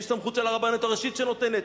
יש סמכות של הרבנות הראשית, שנותנת.